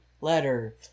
Letter